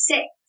Six